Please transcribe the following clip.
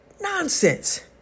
nonsense